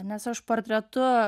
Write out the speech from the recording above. nes aš portretu